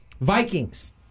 Vikings